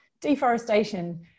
deforestation